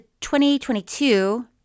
2022